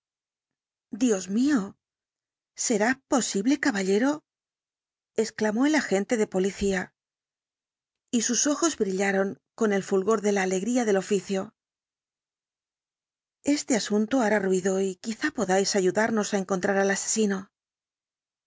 dios mío será posible caballero exclamó el agente de policía y sus ojos brillaron con el fulgor de la alegría del oficio este asunto hará ruido y quizá podáis ayudarnos á encontrar al asesino